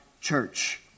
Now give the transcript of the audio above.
church